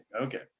okay